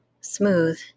smooth